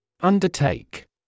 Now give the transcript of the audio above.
Undertake